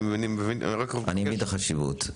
אני מבין את החשיבות.